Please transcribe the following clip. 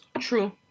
True